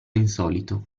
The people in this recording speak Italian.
insolito